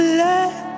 let